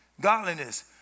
godliness